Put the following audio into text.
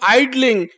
idling